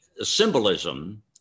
symbolism